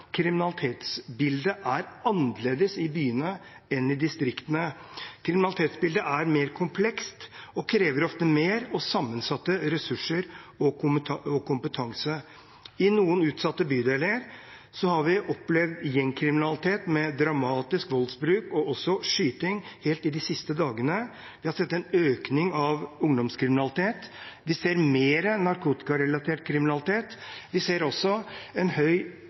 kriminalitetsbildet er annerledes i byene enn i distriktene. Kriminalitetsbildet er mer komplekst og krever ofte mer og sammensatte ressurser og kompetanse. I noen utsatte bydeler har vi opplevd gjengkriminalitet med dramatisk voldsbruk og skyting, også de siste dagene. Vi har sett en økning i ungdomskriminaliteten. Vi ser mer narkotikarelatert kriminalitet. Vi ser også en høy